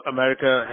America